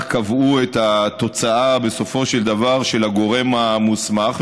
קבעו את התוצאה של הגורם המוסמך בסופו של דבר.